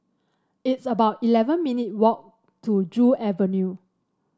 it's about eleven minute walk to Joo Avenue